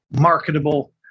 marketable